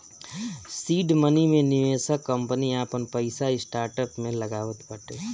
seed money मे निवेशक company आपन पईसा स्टार्टअप में लगावत बाटे